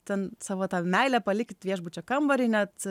ten savo tą meilę palikit viešbučio kambariui net